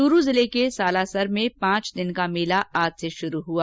च्रू जिले के सालासर में पांच दिन का मेला आज से शुरू हुआ